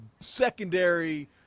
secondary